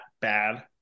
bad